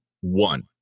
one